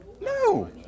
No